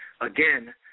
again